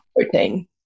protein